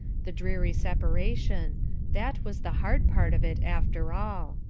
the dreary separation that was the hard part of it, after all.